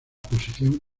posición